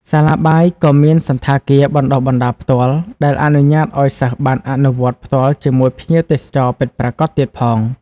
សាលាបាយក៏មានសណ្ឋាគារបណ្តុះបណ្តាលផ្ទាល់ ដែលអនុញ្ញាតឱ្យសិស្សបានអនុវត្តផ្ទាល់ជាមួយភ្ញៀវទេសចរណ៍ពិតប្រាកដទៀតផង។